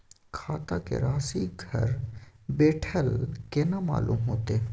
खाता के राशि घर बेठल केना मालूम होते?